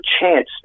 chance